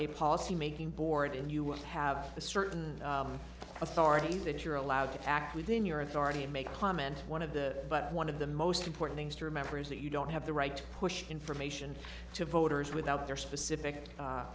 a policy making board and you would have a certain authority that you're allowed to act within your authority to make a comment one of the but one of the most important things to remember is that you don't have the right to push information to voters without their specific a